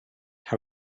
how